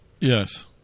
Yes